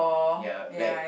ya like